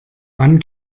wann